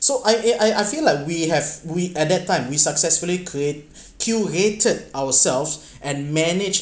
so I eh I I feel like we have we at that time we successfully create curated ourselves and manage